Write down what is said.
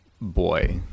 boy